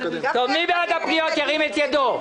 מי בעד הפניות, ירים את ידו.